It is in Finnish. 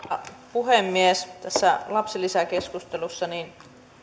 puhemies tässä lapsilisäkeskustelussa